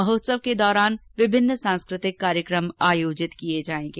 महोत्सव के दौरान विभिन्न सांस्कृतिक कार्यक्रम आयोजित किए जाएंगे